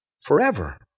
forever